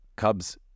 Cubs